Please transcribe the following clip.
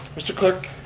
mr. clerk,